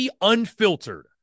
Unfiltered